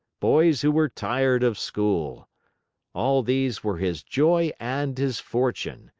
boys who were tired of school all these were his joy and his fortune.